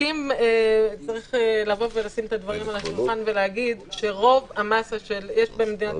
צריך לשים את הדברים על השולחן ולהגיד שרוב המאסה במדינת